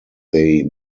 they